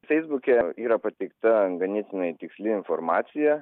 feisbuke yra pateikta ganėtinai tiksli informacija